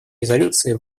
резолюции